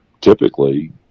typically